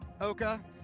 Oka